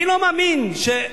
אני אומר לך,